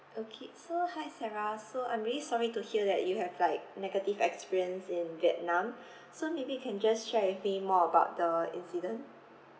okay so hi sarah so I'm really sorry to hear that you have like negative experience in vietnam so maybe you can just share with me more about the incident